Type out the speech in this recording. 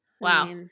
Wow